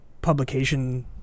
publication